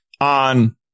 on